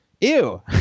ew